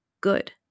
good